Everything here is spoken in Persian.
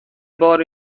بار